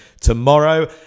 tomorrow